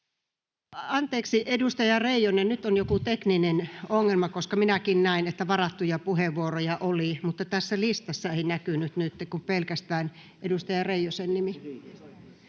Anteeksi, edustaja Reijonen, nyt on joku tekninen ongelma, koska minäkin näin, että varattuja puheenvuoroja oli, mutta tässä listassa ei näkynyt nyt kuin pelkästään edustaja Reijosen nimi.